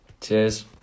Cheers